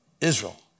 Israel